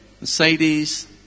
Mercedes